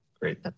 Great